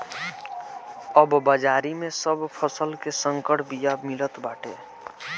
अब बाजारी में सब फसल के संकर बिया मिलत बाटे